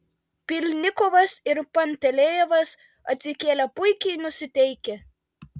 pylnikovas ir pantelejevas atsikėlė puikiai nusiteikę